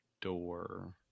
door